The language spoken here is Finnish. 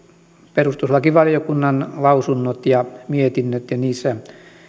perustuslakivaliokunnan lausunnot ja mietinnöt ja niissä